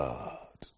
God